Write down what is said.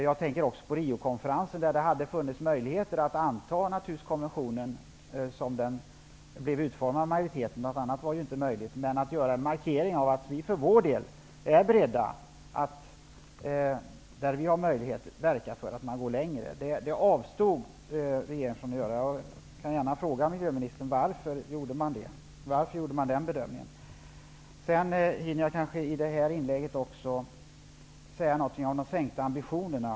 Jag tänker också på Riokonferensen, där det hade funnits möjligheter att anta konventionen såsom den blev utformad av majoriteten. Något annat var inte möjligt. Men vi kunde göra en markering av att vi för vår del är beredda att där vi har möjlighet verka för att man går längre. Det avstod regeringen från att göra. Varför gjorde ni den bedömningen, miljöministern? Sedan vill jag säga något om den sänkta ambitionsnivån.